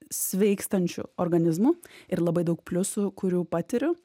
sveikstančiu organizmu ir labai daug pliusų kurių patiriu